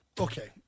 Okay